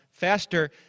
faster